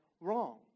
wrong